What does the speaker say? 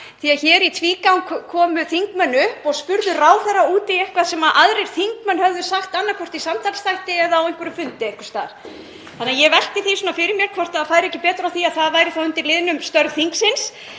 því að hér í tvígang komu þingmenn upp og spurðu ráðherra út í eitthvað sem aðrir þingmenn höfðu sagt, annaðhvort í samtalsþætti eða á einhverjum fundi einhvers staðar. Þannig að ég velti því fyrir mér hvort það færi betur á því að það væri þá undir liðnum störf þingsins.